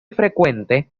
frecuente